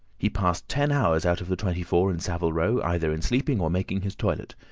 he passed ten hours out of the twenty-four in saville row, either in sleeping or making his toilet.